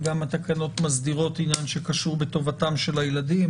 וגם התקנות מסדירות עניין שקשור בטובתם של הילדים.